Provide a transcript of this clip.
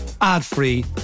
ad-free